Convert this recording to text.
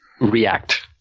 react